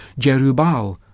Jerubal